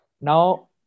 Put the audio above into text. now